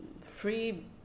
free